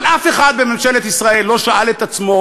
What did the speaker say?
אבל אף אחד בממשלת ישראל לא שאל את עצמו